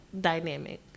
dynamic